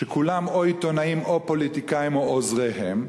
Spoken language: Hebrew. שכולם או עיתונאים או פוליטיקאים או עוזריהם,